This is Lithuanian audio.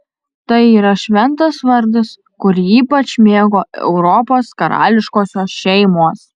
tai yra šventas vardas kurį ypač mėgo europos karališkosios šeimos